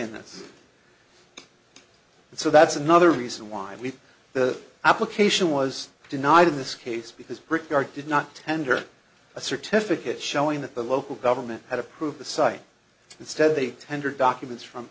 and so that's another reason why we the application was denied in this case because brickyard did not tender a certificate showing that the local government had approved the site instead they tendered documents from